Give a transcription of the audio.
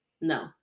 no